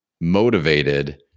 motivated